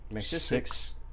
Six